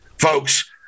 folks